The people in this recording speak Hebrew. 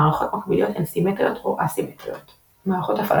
מערכות מקביליות הן סימטריות או אסימטריות מערכות הפעלה